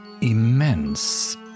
immense